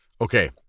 Okay